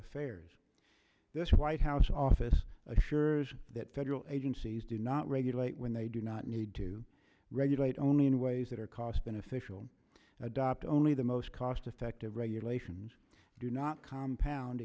affairs this white house office assures that federal agencies do not regulate when they do not need to regulate only in ways that are cost beneficial adopt only the most cost effective regulations do not compound